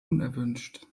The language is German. unerwünscht